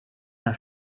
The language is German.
nach